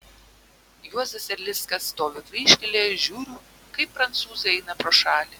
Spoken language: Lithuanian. juozas erlickas stoviu kryžkelėje žiūriu kaip prancūzai eina pro šalį